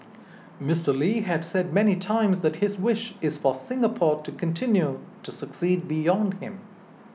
Mister Lee had said many times that his wish is for Singapore to continue to succeed beyond him